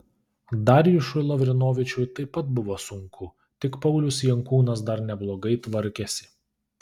darjušui lavrinovičiui taip pat buvo sunku tik paulius jankūnas dar neblogai tvarkėsi